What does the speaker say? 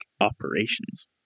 operations